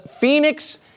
Phoenix